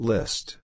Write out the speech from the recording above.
List